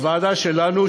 הוועדה שלנו,